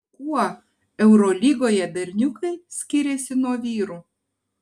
kuo eurolygoje berniukai skiriasi nuo vyrų